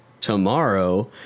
tomorrow